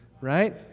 right